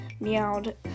Meowed